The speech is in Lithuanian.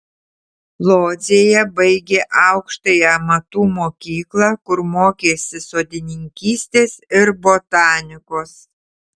lodzėje baigė aukštąją amatų mokyklą kur mokėsi sodininkystės ir botanikos